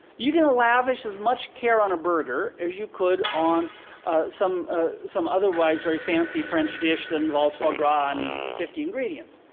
you can lavish as much care on a burger as you could on some ah some otherwise very fancy french dish that involves foie gras and fifty ingredients.